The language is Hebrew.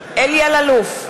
אלאלוף,